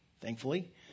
thankfully